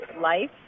life